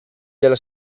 della